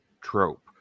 trope